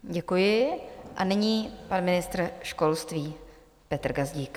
Děkuji a nyní pan ministr školství Petr Gazdík.